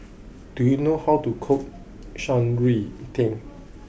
do you know how to cook Shan Rui Tang